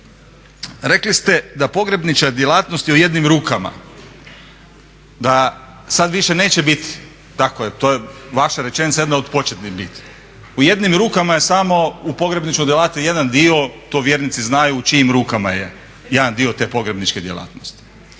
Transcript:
rekli ste da pogrebnička djelatnost je u jednim rukama da sad više neće bit tako, to je vaša rečenica, jedna od početnih biti, u jednim rukama je samo u pogrebničkoj djelatnosti jedan dio to vjernici znaju u čijim rukama je jedan dio te pogrebničke djelatnosti.